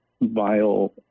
vile